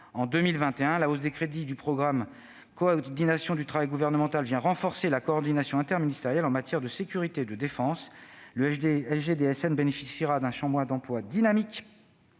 en 2021. La hausse des crédits du programme « Coordination du travail gouvernemental » vient renforcer la coordination interministérielle en matière de sécurité et de défense. Le secrétariat général de la défense